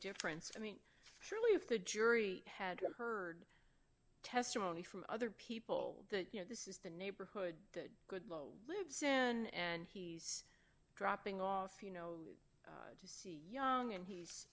difference i mean surely if the jury had heard testimony from other people that you know this is the neighborhood that low lives and he's dropping off you know see young and he's